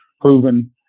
proven